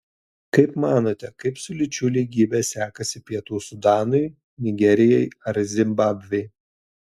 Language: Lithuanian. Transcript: kaip manote kaip su lyčių lygybe sekasi pietų sudanui nigerijai ar zimbabvei